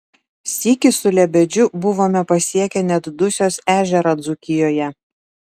sykį su lebedžiu buvome pasiekę net dusios ežerą dzūkijoje